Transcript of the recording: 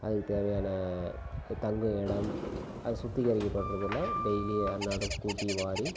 அதுக்கு தேவையான தங்கும் இடம் அது சுத்திகரிக்கப்படுறதெல்லாம் டெய்லி அன்றாடம் கூட்டி வாரி